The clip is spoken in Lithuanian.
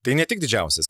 tai ne tik didžiausias